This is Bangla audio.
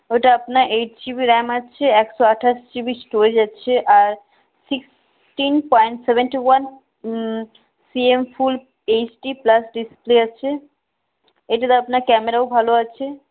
ওইটা আপনার এইট জিবি র্যাম আছে একশো আঠাশ জিবি স্টোরেজ আছে আর sixteen point seven two one CM full HD plus display আছে এটাতে আপনার ক্যামেরাও ভালো আছে